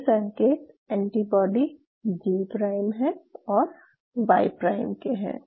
ये संकेत antibody G prime और वाई प्राइम के है